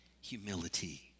humility